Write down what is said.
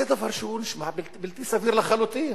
זה דבר שנשמע בלתי סביר לחלוטין.